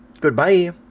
Goodbye